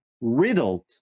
riddled